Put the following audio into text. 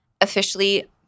officially